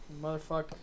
Motherfucker